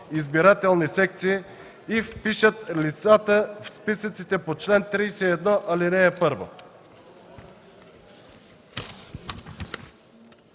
избирателни секции и впишат лицата в списъците по чл. 31, ал. 1.”